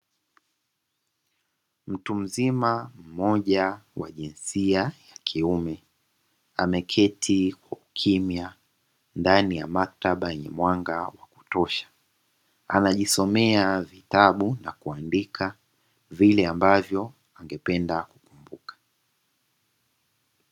Mtu mzima mmoja wa jinsia ya kiume ameketi kwa ukimya ndani ya maktaba yenye mwanga wa kutosha, anajisomea vitabu na kuandika vile ambavyo angependa kukumbuka.